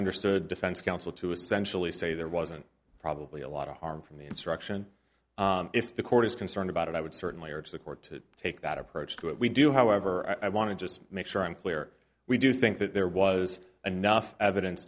understood defense counsel to essentially say there wasn't probably a lot of harm from the instruction if the court is concerned about it i would certainly are to the court to take that approach to what we do however i want to just make sure i'm clear we do think that there was a nuff evidence